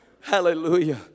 Hallelujah